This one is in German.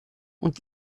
und